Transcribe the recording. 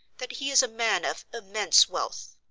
that he is a man of immense wealth?